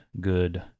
good